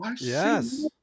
Yes